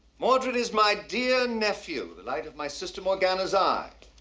mordred is my dear nephew, the light of my sister, morgana's, eye.